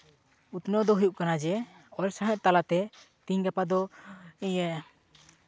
ᱩᱛᱱᱟᱹᱣ ᱫᱚ ᱦᱩᱭᱩᱜ ᱠᱟᱱᱟ ᱡᱮ ᱚᱞ ᱥᱟᱶᱦᱮᱫ ᱛᱟᱞᱟᱛᱮ ᱛᱮᱦᱮᱧ ᱜᱟᱯᱟ ᱫᱚ ᱤᱭᱟᱹ